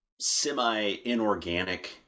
semi-inorganic